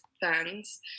fans